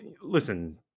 listen